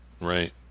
Right